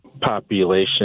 population